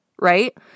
right